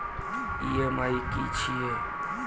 EMI की छिये?